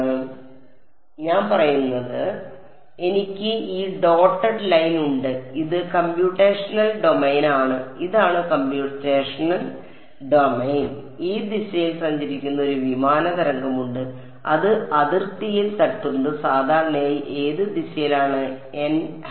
അതിനാൽ ഞാൻ പറയുന്നത് എനിക്ക് ഈ ഡോട്ടഡ് ലൈൻ ഉണ്ട് ഇത് കമ്പ്യൂട്ടേഷണൽ ഡൊമെയ്നാണ് ഇതാണ് കമ്പ്യൂട്ടേഷണൽ ഡൊമെയ്ൻ ഈ ദിശയിൽ സഞ്ചരിക്കുന്ന ഒരു വിമാന തരംഗമുണ്ട് അത് അതിർത്തിയിൽ തട്ടുന്നത് സാധാരണയായി ഏത് ദിശയാണ് n hat